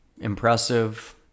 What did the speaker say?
Impressive